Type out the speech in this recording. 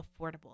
affordable